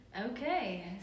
Okay